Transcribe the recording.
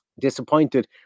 disappointed